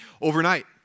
overnight